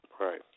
Right